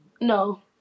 No